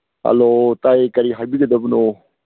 hello ꯇꯥꯏꯌꯦ ꯀꯔꯤ ꯍꯥꯏꯕꯤꯒꯗꯕꯅꯣ